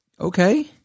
okay